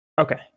Okay